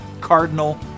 cardinal